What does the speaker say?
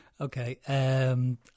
Okay